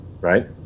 Right